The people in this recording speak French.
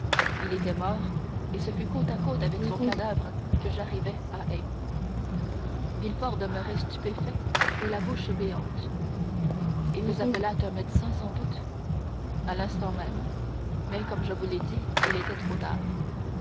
il était mort et ce fut côte à côte avec son cadavre que j'arrivai à aix villefort demeurait stupéfait et la bouche béante et vous appelâtes un médecin sans doute à l'instant même mais comme je vous l'ai dit il était trop tard